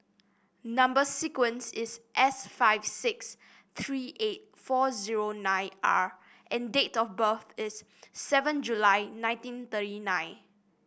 number sequence is S five six three eight four zero nine R and date of birth is seven July nineteen thirty nine